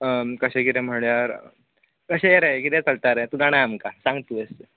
कशें कितें म्हणल्यार कशेंय रे कितेंय चलता रे तूं जाणा आमकां सांग तूं